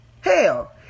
Hell